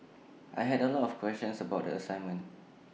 I had A lot of questions about the assignment